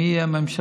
מי תהיה הממשלה,